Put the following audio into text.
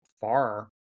far